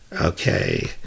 Okay